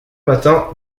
matin